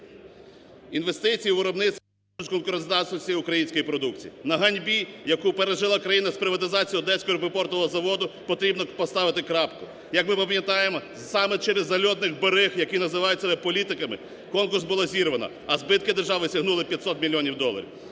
Інвестиції у виробництво ….. української продукції. На ганьбі, яку пережила Україна з приватизацією "Одеського припортового заводу", потрібно поставити крапку. Як ми пам'ятаємо, саме через зальотних бариг, які називають себе політиками, конкурс було зірвано, а збитки держави сягнули 500 мільйонів доларів.